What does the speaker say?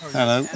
Hello